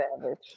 Savage